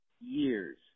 years